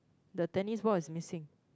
the tennis ball is missing